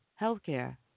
healthcare